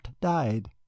died